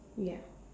ya